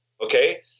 okay